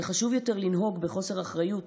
וחשוב יותר לנהוג בחוסר אחריות